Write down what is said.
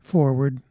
Forward